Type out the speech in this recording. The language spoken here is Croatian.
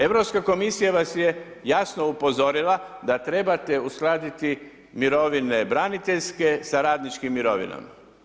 Europska komisija vas je jasno upozorila da trebate uskladiti mirovine braniteljske sa radničkim mirovinama.